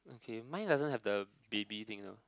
okay mine doesn't have the baby thing now